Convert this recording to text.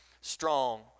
strong